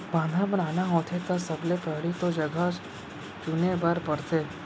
बांधा बनाना होथे त सबले पहिली तो जघा चुने बर परथे